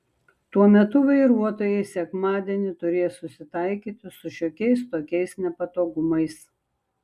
tuo metu vairuotojai sekmadienį turės susitaikyti su šiokiais tokiais nepatogumais